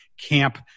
camp